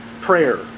prayer